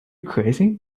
crazy